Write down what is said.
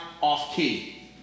off-key